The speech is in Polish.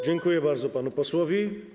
Dziękuję bardzo panu posłowi.